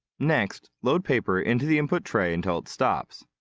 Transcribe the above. next, load paper into the input tray until it stops.